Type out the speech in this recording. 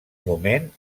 moment